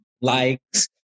likes